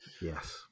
Yes